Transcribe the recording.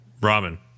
Robin